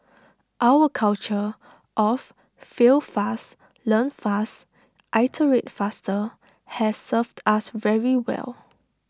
our culture of 'fail fast learn fast iterate faster' has served us very well